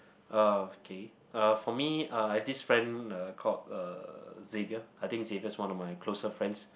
okay uh for me uh I had this friend called uh Xavier I think Xavier is one of my closer friends